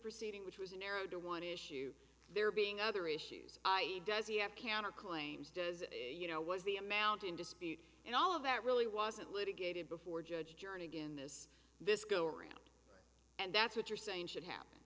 proceeding which was narrowed to one issue there being other issues i e does he have counterclaims does you know was the amount in dispute and all of that really wasn't litigated before judge adjourned a guinness this go around and that's what you're saying should happen